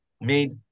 made